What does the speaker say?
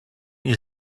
you